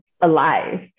alive